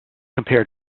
compare